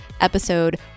episode